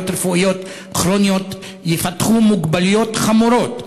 רפואיות כרוניות יפתחו מוגבלויות חמורות.